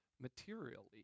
materially